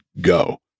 go